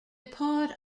part